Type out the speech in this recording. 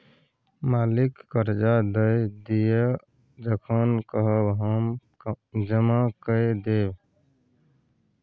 मालिक करजा दए दिअ जखन कहब हम जमा कए देब